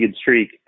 streak